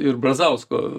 ir brazausko